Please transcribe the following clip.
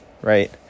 Right